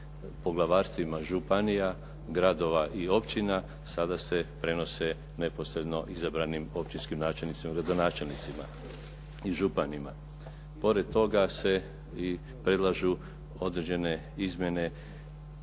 poglavarstvima županija, gradova i općina. Sada se prenose neposredno izabranim općinskim načelnicima i gradonačelnicima i županima. Pored toga se i predlažu određene izmjene